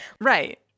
Right